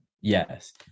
yes